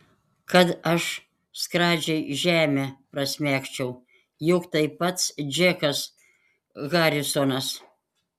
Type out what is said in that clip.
kad aš skradžiai žemę prasmegčiau juk tai pats džekas harisonas